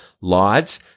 Lod's